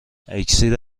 اکسیر